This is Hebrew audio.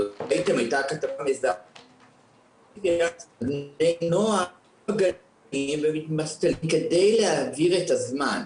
כאבים --- בני נוער -- -ומתמסטלים כדי להעביר את הזמן.